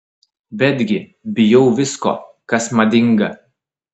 betgi bijau visko kas madinga